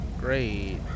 Great